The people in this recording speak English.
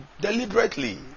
deliberately